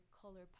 color